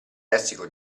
lessico